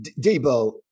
Debo